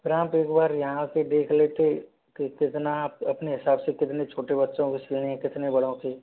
पर आप एक बार यहाँ पे देख लेते के कितना आप अपने हिसाब से कितने छोटे बच्चों के सिलने है कितने बड़ों के